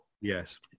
Yes